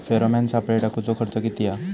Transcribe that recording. Pheromone सापळे टाकूचो खर्च किती हा?